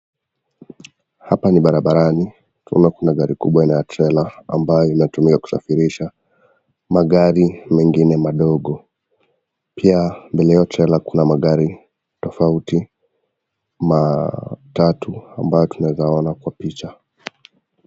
Hapa ni barabarani tunaona gari kubwa kama trela, inatumia kusafirisha magari mengine madogo, pia nyuma ya hiyo trela kuna magari mengine tofauti ambayo tunaeza ona kwa picha.